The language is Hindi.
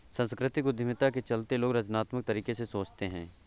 सांस्कृतिक उद्यमिता के चलते लोग रचनात्मक तरीके से सोचते हैं